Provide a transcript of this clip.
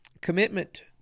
Commitment